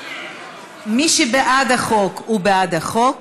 מי שבעד החוק הוא בעד החוק.